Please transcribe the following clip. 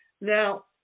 now